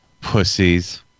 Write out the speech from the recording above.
Pussies